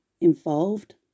involved